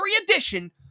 edition